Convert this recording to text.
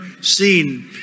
seen